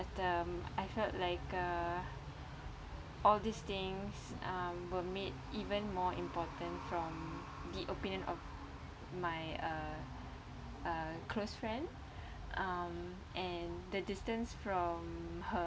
but um I felt like uh all these things um were made even more important from the opinion of my uh uh close friend um and the distance from her